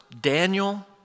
Daniel